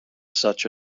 such